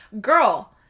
Girl